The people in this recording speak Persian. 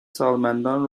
سالمندان